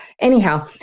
anyhow